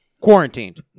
Quarantined